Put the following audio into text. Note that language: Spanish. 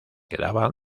quedaba